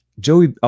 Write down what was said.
Joey